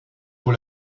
pour